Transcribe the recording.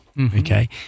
okay